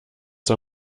zur